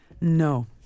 No